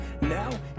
Now